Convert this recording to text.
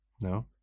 No